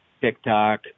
TikTok